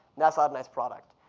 nice ah um nice product.